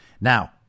Now